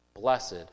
blessed